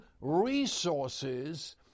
resources